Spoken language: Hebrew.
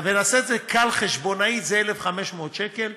ונעשה את זה קל חשבונאית, זה 1,500 שקל,